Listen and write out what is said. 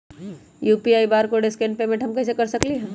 UPI barcode scan payment हम कईसे कर सकली ह?